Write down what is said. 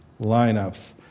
lineups